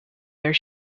their